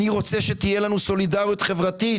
אני רוצה שתהיה לנו סולידריות חברתית,